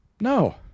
No